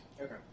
Okay